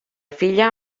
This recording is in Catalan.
filla